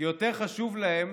כי יותר חשוב להם